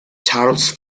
charles